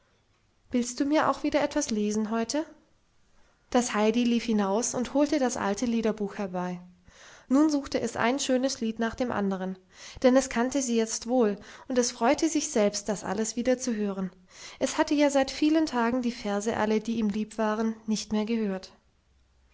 willst du mir auch wieder etwas lesen heute das heidi lief hinaus und holte das alte liederbuch herbei nun suchte es ein schönes lied nach dem andern denn es kannte sie jetzt wohl und es freute sich selbst das alles wieder zu hören es hatte ja seit vielen tagen die verse alle die ihm lieb waren nicht mehr gehört